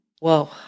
whoa